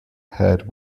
head